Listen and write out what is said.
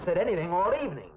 said anything all evening